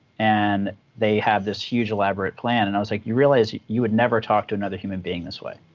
and they had this huge elaborate plan. and i was like, you realize you would never talk to another human being this way.